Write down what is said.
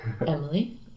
Emily